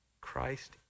Christ